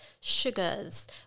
sugars